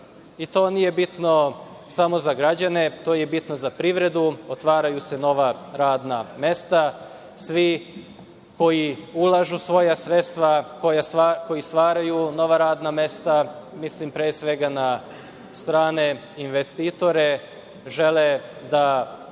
To nije bitno samo za građane, to je bitno za privredu. Otvaraju se nova radna mesta, svi koji ulažu svoja sredstva, koji stvaraju nova radna mesta, mislim pre svega na strane investitore, žele da